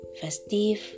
festive